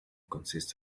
consists